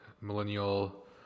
millennial